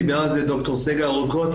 דיבר על זה ד"ר סגל ארוכות,